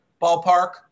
ballpark